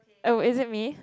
oh is it me